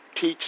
Teach